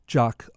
jock